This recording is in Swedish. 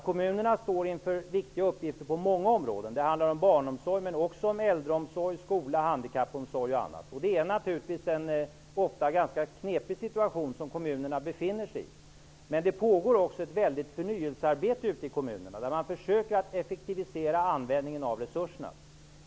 Kommunerna står inför viktiga uppgifter på många områden -- det handlar om barnomsorg men också om äldreomsorg, skola, handikappomsorg och annat. Det är naturligtvis en ofta ganska knepig situation som kommunerna befinner sig i. Det pågår emellertid också ett väldigt förnyelsearbete ute i kommunerna, där man försöker effektivisera användningen av resurserna.